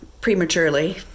prematurely